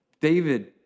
David